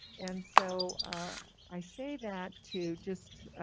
and so i say that to, just